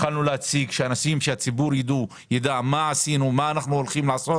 יש לנו הזדמנות להציג לציבור כדי שידע מה עשינו מה אנחנו הולכים לעשות.